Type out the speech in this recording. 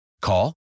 Call